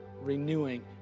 renewing